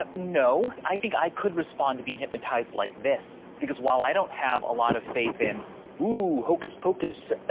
ah no, i think i could respond to being hypnotized like this. because while i don't have a lot of faith in whoa, hocus pocus,